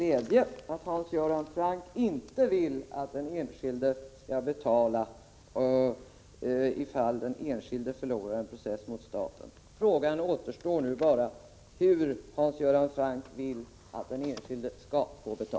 Fru talman! Jag noterar också med glädje att vi är överens om att det behövs förändringar, men jag noterar också att vi är oense om tidsaspekterna.